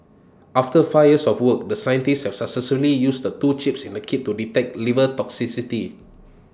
after five years of work the scientists have successfully used the two chips in the kit to detect liver toxicity